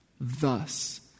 Thus